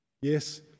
Yes